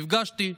נפגשתי,